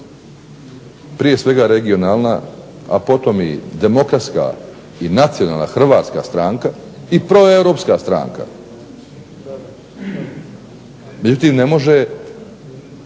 prije svega regionalna, a potom i demokratska i nacionalna hrvatska stranka i proeuropska stranka, međutim ne može